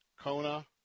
Kona